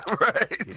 right